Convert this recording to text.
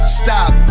stop